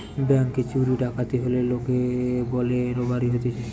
ব্যাংকে চুরি ডাকাতি হলে লোকে বলে রোবারি হতিছে